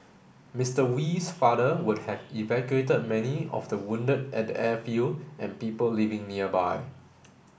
Mister Wee's father would have evacuated many of the wounded at the airfield and people living nearby